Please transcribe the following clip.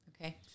okay